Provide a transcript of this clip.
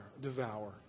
devour